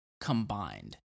combined